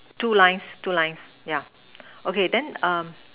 two lines two lines yeah okay then um